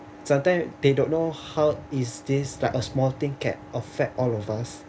sometime they don't know how is this like a small thing can affect all of us